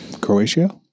Croatia